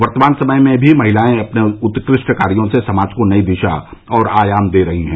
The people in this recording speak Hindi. वर्तमान समय में भी महिलायें अपने उत्कृष्ट कार्यो से समाज को नई दिशा और आयाम दे रही हैं